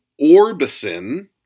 Orbison